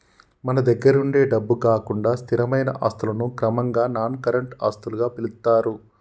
మన దగ్గరుండే డబ్బు కాకుండా స్థిరమైన ఆస్తులను క్రమంగా నాన్ కరెంట్ ఆస్తులుగా పిలుత్తారు